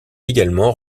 également